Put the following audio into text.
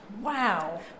Wow